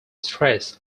stress